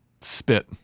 spit